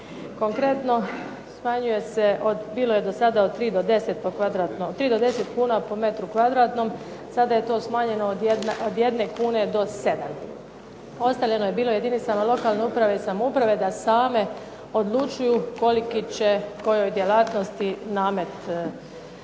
Konkretno smanjuje se bilo je do sada od 3 do 10 kuna po metru kvadratnom, sada je to smanjeno od 1 kune do 7. ostavljeno je bilo jedinicama lokalne uprave i samouprave da same odlučuju koliki će kojoj djelatnosti namet odrediti.